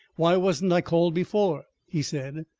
why wasn't i called before he said,